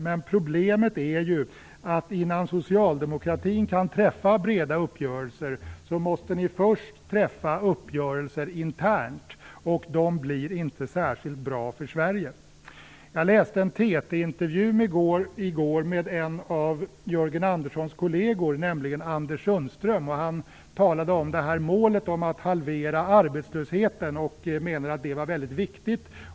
Men problemet är att innan socialdemokratin kan träffa breda uppgörelser, måste man först träffa uppgörelser internt. Dessa uppgörelser blir inte särskilt bra för Sverige. Jag läste en TT-intervju i går med en av Jörgen Han talade om målet att halvera arbetslösheten, och menade att det var väldigt viktigt.